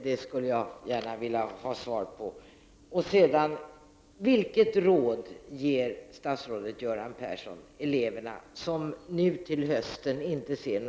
Det skulle jag gärna vilja ha svar på.